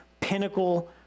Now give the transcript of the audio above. pinnacle